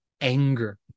anger